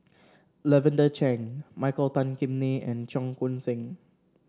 Lavender Chang Michael Tan Kim Nei and Cheong Koon Seng